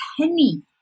penny